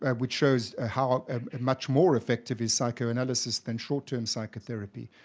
and which shows ah how and much more effective is psychoanalysis than short-term psychotherapy.